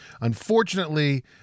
Unfortunately